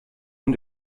und